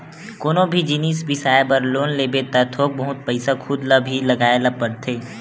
कोनो भी जिनिस बिसाए बर लोन लेबे त थोक बहुत पइसा खुद ल भी लगाए ल परथे